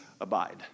abide